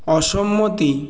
অসম্মতি